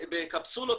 בקפסולות,